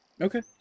Okay